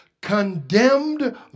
condemned